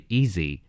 easy